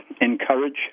encourage